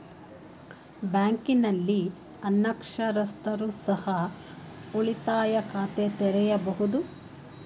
ಬ್ಯಾಂಕಿನಲ್ಲಿ ಅನಕ್ಷರಸ್ಥರು ಸಹ ಉಳಿತಾಯ ಖಾತೆ ತೆರೆಯಬಹುದು?